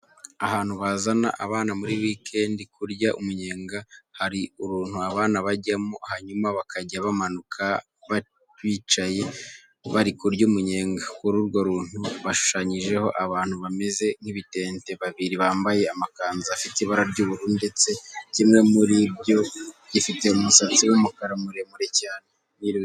Ahantu bazana abana muri weekend kurya umunyenga, hari uruntu abana bajyamo hanyuma bakajya bamanuka bicaye bari kurya umunyega. Kuri urwo runtu hashushanyijeho abantu bameze nk'ibitente babiri bambaye amakanzu afite ibara ry'ubururu ndetse kimwe muri byo gifite umusatsi w'umukara muremure cyane.